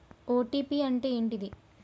OTP అంటే ఏంటిది?